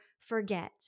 forget